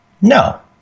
No